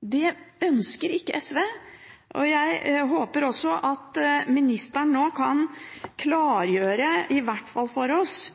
Det ønsker ikke SV, og jeg håper også at ministeren nå i hvert fall kan klargjøre for oss: